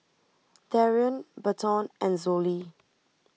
Darrian Berton and Zollie